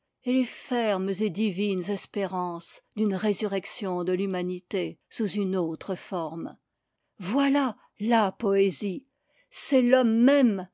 les fermes et divines espérances d'une résurrection de l'humanité sous une autre forme voilà la poésie c'est l'homme même